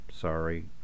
sorry